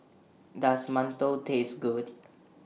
Does mantou Taste Good